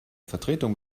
vertretung